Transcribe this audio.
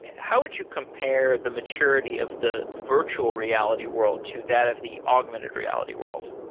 how would you compare the maturity of the virtual reality world to that of the augmented reality world?